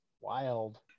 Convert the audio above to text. Wild